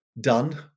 done